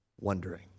wondering